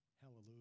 Hallelujah